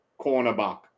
cornerback